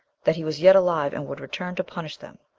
that he was yet alive, and would return to punish them.